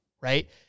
right